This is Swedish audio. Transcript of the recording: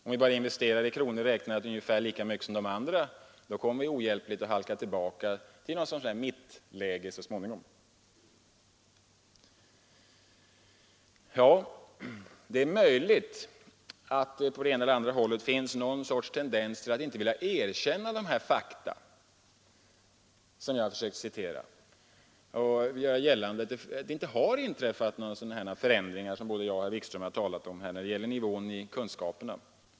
Om vi bara investerar ungefär lika mycket som de andra, kommer vi ohjälpligt att halka tillbaka till någon sorts mittläge så småningom. Det är möjligt att det på det ena eller andra hållet finns någon sorts tendens till att inte vilja erkänna de här fakta, som jag har försökt återge, och göra gällande att det inte har inträffat några sådana förändringar som både jag och herr Wikström har talat om när det gäller nivån på kunskaperna.